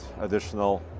additional